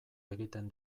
egiten